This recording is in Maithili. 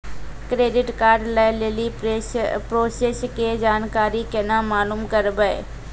क्रेडिट कार्ड लय लेली प्रोसेस के जानकारी केना मालूम करबै?